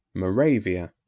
moravia,